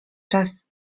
czas